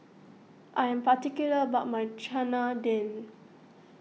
I am particular about my Chana Dal